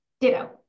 ditto